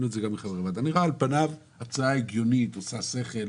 זה נראה על פניו הצעה הגיונית, עושה שכל.